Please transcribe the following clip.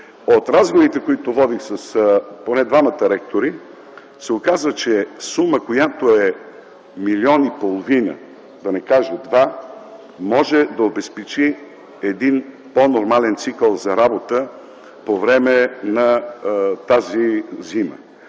От разговорите, които водих поне с двамата ректори, се оказва, че сума, която е 1,5 милиона, да не кажа два, може да обезпечи един по-нормален цикъл за работа по време на тази зима,